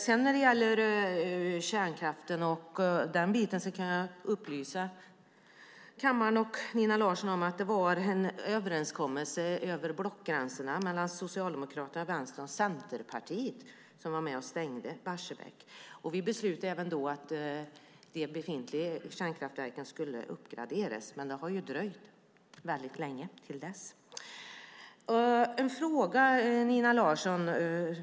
När det sedan gäller kärnkraften kan jag upplysa kammaren och Nina Larsson om att det var en överenskommelse över blockgränsen. Det var Socialdemokraterna, Vänsterpartiet och Centerpartiet som var med och stängde Barsebäck. Vi beslutade då även att de befintliga kärnkraftverken skulle uppgraderas, men det har ju dröjt väldigt länge. Jag har en fråga till Nina Larsson.